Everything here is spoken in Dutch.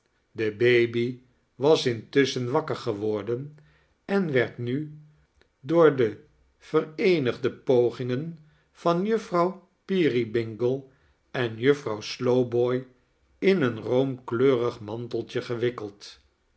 de baby was intussohen wakker geworden en werd nu door de ve reenigde pogingen van iuffrouw peerybingle en juffrouw slowboy in een roomkleurig manteltje gewikkeld